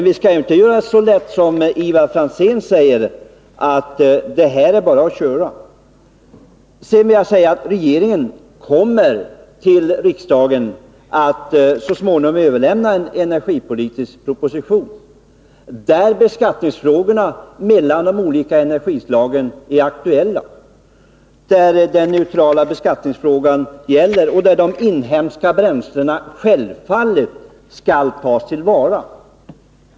Vi skall inte göra det så lätt för oss som Ivar Franzén, när han säger att det bara är att gå vidare. Regeringen kommer så småningom att för riksdagen lägga fram en energipolitisk proposition, där frågorna om beskattning av de olika energislagen är aktuella. Där kommer frågan om den neutrala beskattningen in, och utgångspunkten skall självfallet vara att de inhemska bränslena skall tas till vara.